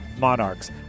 Monarchs